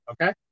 okay